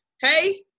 Hey